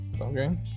Okay